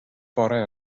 bore